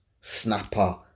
snapper